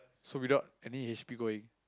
so without any h_p going